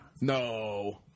No